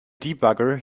debugger